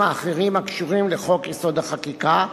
האחרים הקשורים לחוק-יסוד: החקיקה,